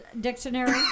Dictionary